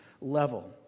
level